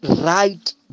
right